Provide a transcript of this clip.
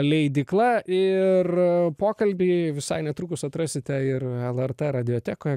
leidykla ir pokalbiai visai netrukus atrasite ir lrt radijotekoje